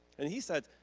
and he said,